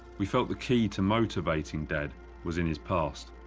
we felt the key to motivating dad was in his past.